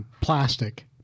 plastic